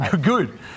Good